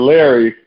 Larry